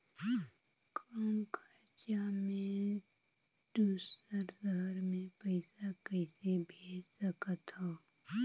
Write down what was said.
कम खरचा मे दुसर शहर मे पईसा कइसे भेज सकथव?